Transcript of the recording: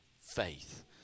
faith